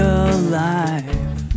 alive